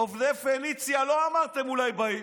עובדי פניציה, לא אמרתם שאולי באים.